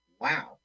wow